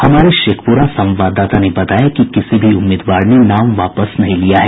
हमारे शेखपुरा संवाददाता ने बताया कि किसी भी उम्मीदवार ने नाम वापस नहीं लिया है